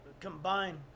combine